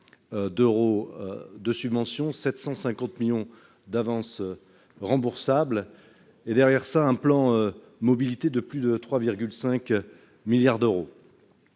d'euros de subventions, 750 millions d'euros d'avances remboursables et derrière cela, un plan mobilité de plus de 3,5 milliards d'euros.